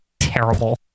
terrible